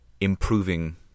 improving